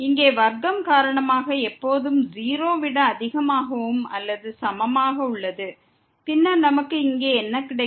இங்கே வர்க்கம் காரணமாக எப்போதும் 0 விட அதிகமாகவும் அல்லது சமமாக உள்ளது பின்னர் நமக்கு இங்கே என்ன கிடைக்கும்